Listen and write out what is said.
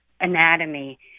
anatomy